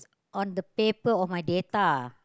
on the paper of my data